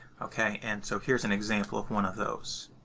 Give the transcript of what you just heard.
ok. and so here's an example of one of those.